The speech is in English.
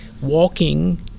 walking